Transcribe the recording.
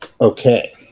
Okay